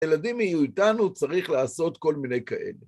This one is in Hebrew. ילדים יהיו איתנו צריך לעשות כל מיני כאלה.